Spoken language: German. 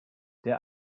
der